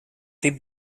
tip